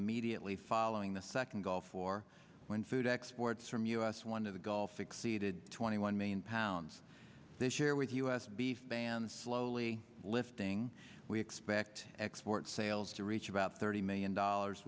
immediately following the second gulf war when food exports from u s one of the gulf exceeded twenty one million pounds this year with u s beef banned slowly lifting we expect export sales to reach about thirty million dollars